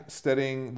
studying